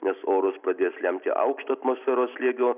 nes orus pradės lemti aukšto atmosferos slėgio